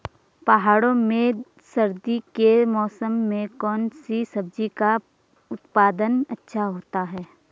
पहाड़ों में सर्दी के मौसम में कौन सी सब्जी का उत्पादन अच्छा होता है?